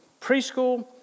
Preschool